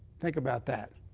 think about that.